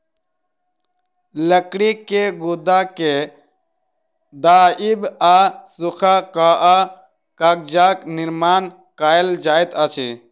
लकड़ी के गुदा के दाइब आ सूखा कअ कागजक निर्माण कएल जाइत अछि